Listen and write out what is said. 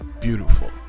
beautiful